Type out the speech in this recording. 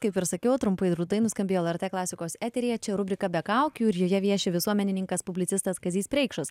kaip ir sakiau trumpai drūtai nuskambėjo lrt klasikos eteryje čia rubrika be kaukių ir joje vieši visuomenininkas publicistas kazys preikšas